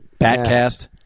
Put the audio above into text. Batcast